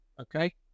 okay